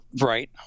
Right